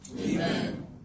Amen